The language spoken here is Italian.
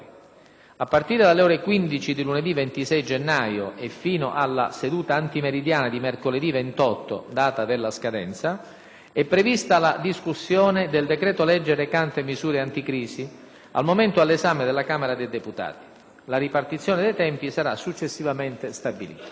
A partire dalle ore 15 di lunedì 26 gennaio e fino alla seduta antimeridiana di mercoledì 28 (data della scadenza), è prevista la discussione del decreto-legge recante misure anticrisi, al momento all'esame della Camera dei deputati. La ripartizione dei tempi sarà successivamente stabilita.